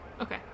Okay